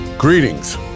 Greetings